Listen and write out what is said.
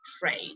trade